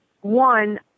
One